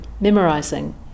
memorizing